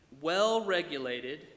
Well-regulated